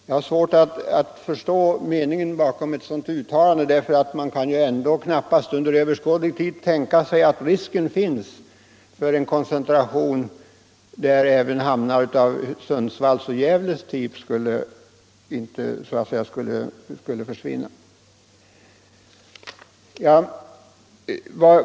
Jag har alltså svårt att förstå meningen bakom ett sådant uttalande, för man kan knappast under överskådlig tid tänka sig att risken finns för en kon centration där även hamnar av Sundsvalls och Gävles typ skulle för svinna.